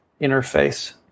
interface